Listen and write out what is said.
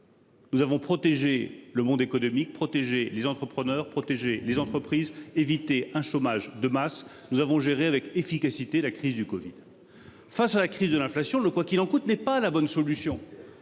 Nous avons protégé le monde économique. Protéger les entrepreneurs protéger les entreprises éviter un chômage de masse. Nous avons géré avec efficacité la crise du Covid. Face à la crise de l'inflation le quoi qu'il en coûte n'est pas la bonne solution.